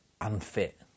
unfit